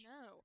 No